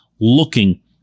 looking